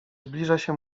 zbliża